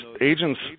agents